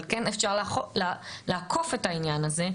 אבל כן אפשר לעקוף את העניין הזה,